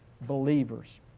believers